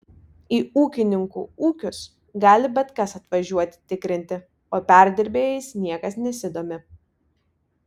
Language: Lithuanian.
į ūkininkų ūkius gali bet kas atvažiuoti tikrinti o perdirbėjais niekas nesidomi